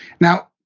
Now